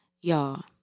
Y'all